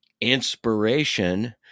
inspiration—